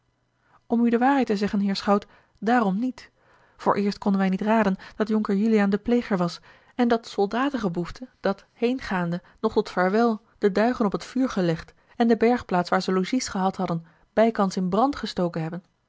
om u de waarheid te zeggen heer schout daarom niet vooreerst konden wij niet raden dat jonker juliaan de pleger was en dat soldatengeboefte dat heengaande nog tot vaarwel de duigen op t vuur gelegd en de bergplaats waar ze logies gehad hadden bijkans in brand gestoken hebben